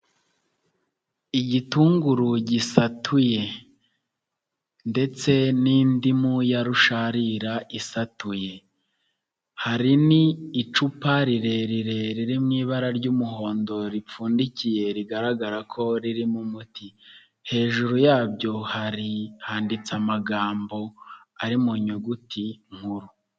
Igitunguru gisatuye ndetse n'indimu ya rusharira isatuye, hari n'icupa rirerire riri mu ibara ry'umuhondo ripfundikiye rigaragara ko ririmo umuti, hejuru yabyo hari handitse amagambo ari mu nyuguti nkuru.